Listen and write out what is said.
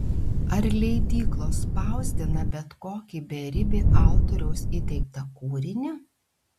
ar leidyklos spausdina bet kokį beribį autoriaus įteiktą kūrinį